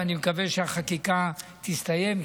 ואני מקווה שהחקיקה תסתיים.